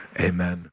Amen